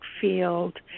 field